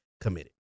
committed